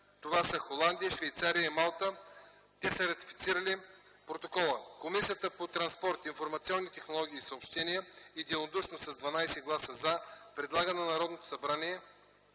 момента Холандия, Швейцария и Малта са ратифицирали Протокола. Комисията по транспорт, информационни технологии и съобщения единодушно с 12 гласа „за” предлага на Народното събрание